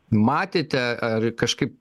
matėte ar kažkaip